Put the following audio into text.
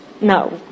no